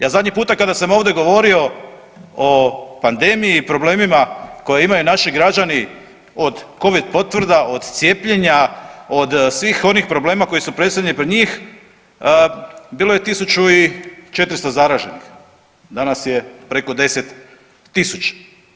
Ja zadnji puta kada sam ovdje govorio o pandemiji i problemima koje imaju naši građani od covid potvrda, od cijepljenja, od svih onih problema koji su predstavljeni pred njih, bilo je 1.400 zaraženih, danas je preko 10.000.